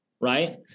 right